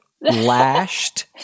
lashed